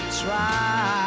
try